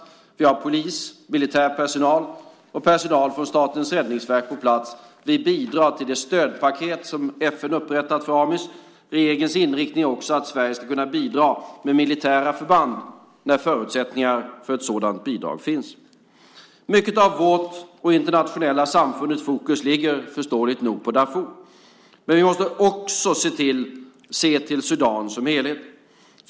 Vi har polis, militär personal och personal från Statens räddningsverk på plats. Sverige bidrar till det stödpaket som FN upprättat för AMIS. Regeringens inriktning är också att Sverige ska kunna bidra med militära förband när förutsättningarna för ett sådant bidrag finns. Mycket av vårt och internationella samfundets fokus ligger förståeligt nog på Darfur, men vi måste också se till Sudan som helhet.